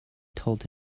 told